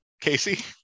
Casey